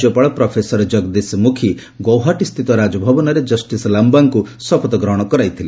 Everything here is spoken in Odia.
ରାଜ୍ୟପାଳ ପ୍ରଫେସର ଜଗଦୀଶ ମୁଖୀ ଗୌହାଟ୍ୟସ୍ଥିତ ରାଜଭବନରେ କ୍ଷିସ୍ ଲାମ୍ବାଙ୍କୁ ଶପଥ ଗ୍ରହଣ କରାଇଥିଲେ